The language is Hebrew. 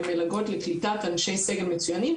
מלגות לקליטת אנשי סגל מצויינים,